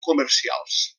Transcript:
comercials